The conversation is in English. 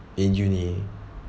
in uni